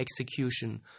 execution